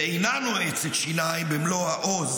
ואינה נועצת שיניים בסוכני ההפיכה המשטרית במלוא העוז